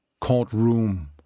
courtroom